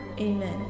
Amen